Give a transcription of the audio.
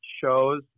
shows